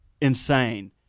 insane